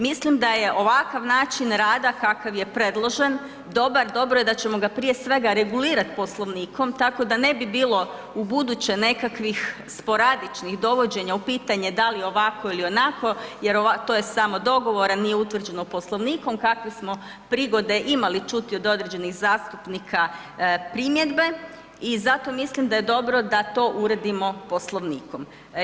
Mislim da je ovakav način rada kakav je predložen, dobar, dobro je da ćemo ga, prije svega, regulirati Poslovnikom, tako da ne bi bilo ubuduće nekakvih sporadičnih dovođenja u pitanje da li ovako ili onako, jer to je samo dogovor, nije utvrđeno Poslovnikom, kakvi smo prigode imali čuti od određenih zastupnika primjedbe i zato mislim da je dobro da to uredimo Poslovnikom.